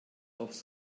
aufs